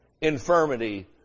infirmity